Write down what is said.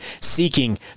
seeking